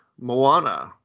Moana